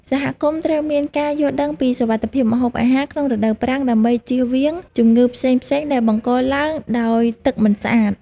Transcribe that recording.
សហគមន៍ត្រូវមានការយល់ដឹងពីសុវត្ថិភាពម្ហូបអាហារក្នុងរដូវប្រាំងដើម្បីជៀសវាងជំងឺផ្សេងៗដែលបង្កឡើងដោយទឹកមិនស្អាត។